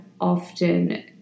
often